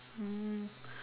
um